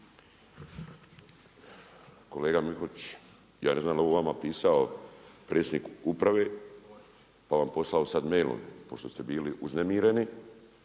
Kolega Mihotić, ja ne znam je li ovo vama pisao predsjednik uprave pa vam poslao sada mailom pošto ste bili uznemireni,